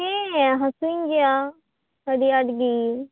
ᱦᱮᱸ ᱦᱟᱥᱩᱧ ᱜᱮᱭᱟ ᱟᱹᱰᱤ ᱟᱸᱴ ᱜᱮ